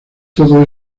todo